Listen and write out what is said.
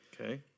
Okay